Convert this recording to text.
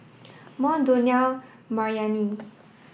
Mont Donell Maryanne